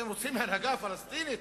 אתם רוצים הנהגה פלסטינית